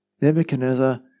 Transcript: Nebuchadnezzar